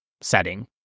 setting